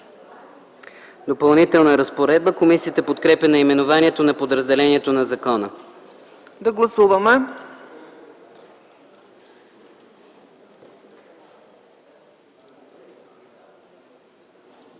„Допълнителна разпоредба”. Комисията подкрепя наименованието на подразделението на закона. ПРЕДСЕДАТЕЛ